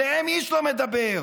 עליהם איש לא מדבר.